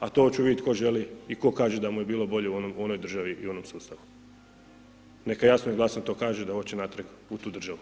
a to oću vidjet ko želi i ko kaže da mu je bilo bolje u onoj državi i onom sustavu, neka jasno i glasno kaže da oće natrag u tu državu.